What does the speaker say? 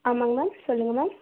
ஆமாங்க மேம் சொல்லுங்கள் மேம்